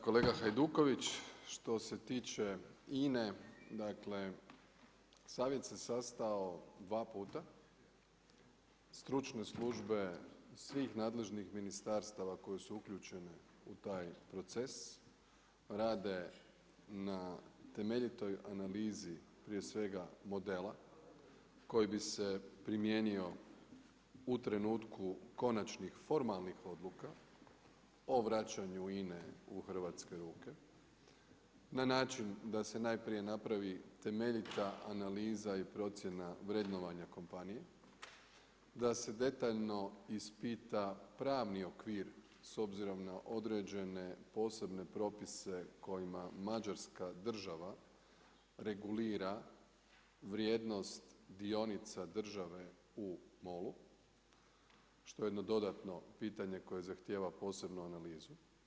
Kolega Hajduković, što se tiče INA-e dakle savjet se sastao dva puta, stručne službe svih nadležnih ministarstava koji su uključene u taj proces rade na temeljitoj analizi prije svega modela koji bi se primijenio u trenutku konačnih formalnih odluka o vraćanju INA-e u hrvatske ruke na način da se najprije napravi temeljita analiza i procjena vrednovanja kompanije, da se detaljno ispita pravni okvir s obzirom na određene posebne propise kojima Mađarska država regulira vrijednost dionica države u MOL-u, što je jedno dodatno pitanje koje zahtjeva posebnu analizu.